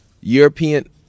European